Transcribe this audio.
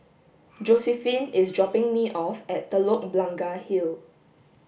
Josiephine is dropping me off at Telok Blangah Hill